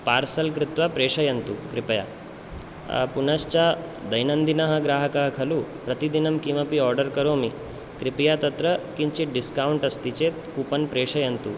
parcel कृत्वा प्रेषयन्तु कृपया पुनश्च दैनन्दिनः ग्राहकः खलु प्रतिदिनं किमपि आर्डर् करोमि कृपया तत्र किञ्चित् डिस्कौण्ट् अस्ति चेत् कूपन् प्रेषयन्तु